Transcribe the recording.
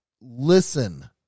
listen